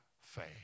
faith